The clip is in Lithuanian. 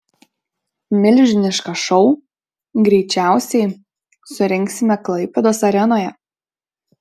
milžinišką šou greičiausiai surengsime klaipėdos arenoje